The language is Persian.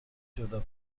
جدا